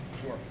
Sure